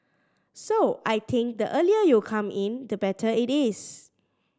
so I think the earlier you come in the better it is